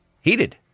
heated